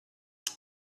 what